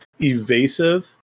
evasive